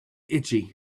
itchy